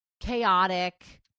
chaotic